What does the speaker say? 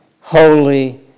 holy